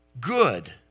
good